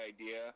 idea